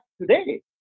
today